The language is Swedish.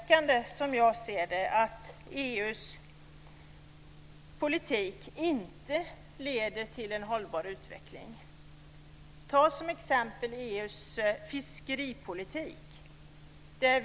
Det är, som jag ser det, mycket oroväckande att EU:s politik inte leder till en hållbar utveckling. Ta som exempel EU:s fiskeripolitik.